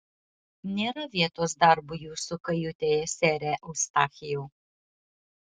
nėra vietos darbui jūsų kajutėje sere eustachijau